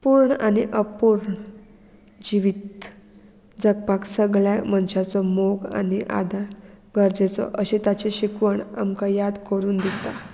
पूर्ण आनी अपूर्ण जिवीत जगपाक सगळ्या मनशाचो मोग आनी आदार गरजेचो अशें ताचें शिकवण आमकां याद करून दिता